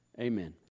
amen